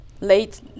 late